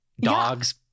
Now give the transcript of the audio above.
dogs